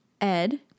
Ed